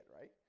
Right